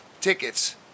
Tickets